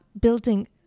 building